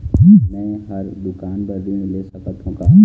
मैं हर दुकान बर ऋण ले सकथों का?